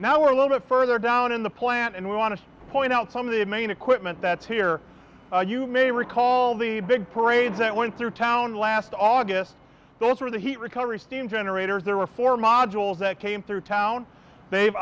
now we're a little bit further down in the plant and we want to point out some of the main equipment that's here you may recall the big parade that went through town last august those were the heat recovery steam generators there were four modules that came through town they've